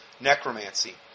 Necromancy